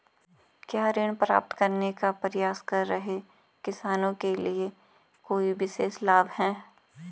क्या ऋण प्राप्त करने का प्रयास कर रहे किसानों के लिए कोई विशेष लाभ हैं?